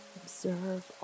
observe